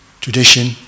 tradition